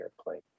airplane